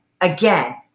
again